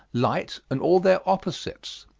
light, and all their opposites.